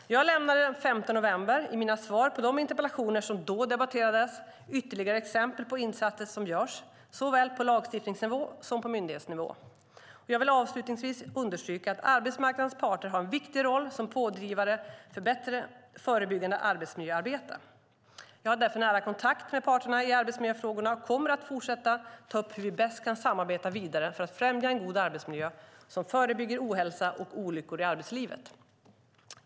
Jag lämnade den 5 november, i mina svar på de interpellationer som då debatterades, ytterligare exempel på insatser som görs såväl på lagstiftningsnivå som på myndighetsnivå. Jag vill avslutningsvis understryka att arbetsmarknadens parter har en viktig roll som pådrivare för bättre förebyggande arbetsmiljöarbete. Jag har därför nära kontakt med parterna i arbetsmiljöfrågorna och kommer att fortsätta att ta upp hur vi bäst kan samarbeta vidare för att främja en god arbetsmiljö som förebygger ohälsa och olyckor i arbetslivet.